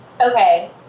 Okay